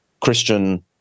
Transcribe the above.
Christian